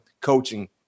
coaching